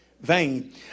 Vain